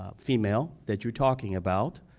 ah female, that you're talking about,